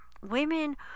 women